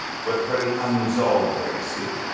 but very unresolved legacy.